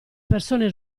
persone